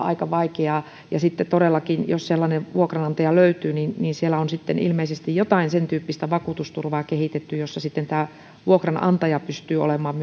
aika vaikeaa ja sitten todellakin jos sellainen vuokranantaja löytyy on ilmeisesti jotain sentyyppistä vakuutusturvaa kehitetty jossa tämä vuokranantaja pystyy olemaan